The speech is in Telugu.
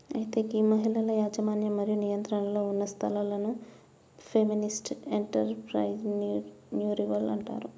అయితే గీ మహిళల యజమన్యం మరియు నియంత్రణలో ఉన్న సంస్థలను ఫెమినిస్ట్ ఎంటర్ప్రెన్యూరిల్ అంటారు